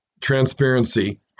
transparency